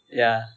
ya